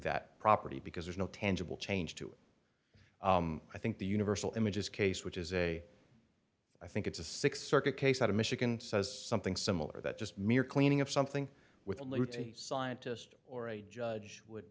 that property because there's no tangible change to i think the universal images case which is a i think it's a six circuit case out of michigan says something similar that just mere cleaning of something with a luti scientist or a judge would